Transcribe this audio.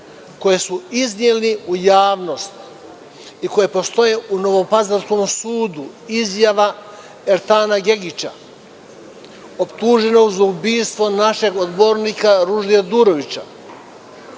koje su iznele u javnost i koje postoje u Novopazarskom sudu, izjava Ertana Gegića, optuženog za ubistvo našeg odbornika Ruždija Durovića,